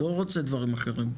לא רוצה דברים אחרים.